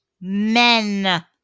men